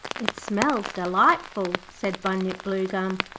it smells delightful said bunyip bluegum.